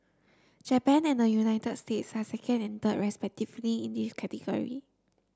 Japan and the United States are second and third respectively in this category